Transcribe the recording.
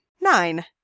Nine